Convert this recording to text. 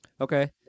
Okay